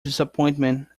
disappointment